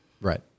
right